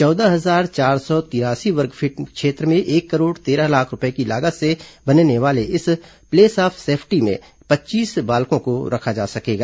चौदह हजार चार सौ तिरासी वर्गफीट क्षेत्र में एक करोड़ तेरह लाख रूपये की लागत से बनने वाले इस प्लेस ऑफ सेफ्टी में पच्चीस बालकों को रखा जा सकेगा